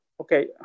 okay